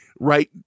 Right